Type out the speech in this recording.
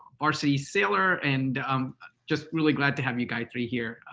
varsity sailor. and um just really glad to have you, gayatri, here.